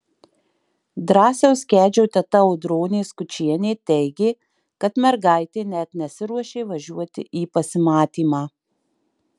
drąsiaus kedžio teta audronė skučienė teigė kad mergaitė net nesiruošė važiuoti į pasimatymą